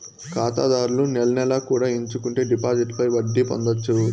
ఖాతాదారులు నెల నెలా కూడా ఎంచుకుంటే డిపాజిట్లపై వడ్డీ పొందొచ్చు